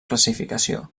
classificació